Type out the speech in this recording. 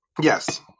Yes